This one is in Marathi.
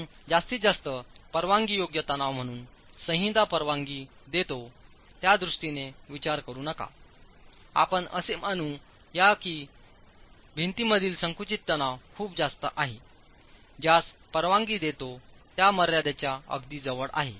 आपण जास्तीत जास्त परवानगीयोग्य तणाव म्हणून संहिता परवानगी देतो त्या दृष्टीने विचार करू नका आपण असे मानू या की भिंतीमधील संकुचित तणाव खूप जास्त आहे ज्यास परवानगी देतो त्या मर्यादेच्या अगदी जवळ आहे